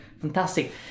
fantastic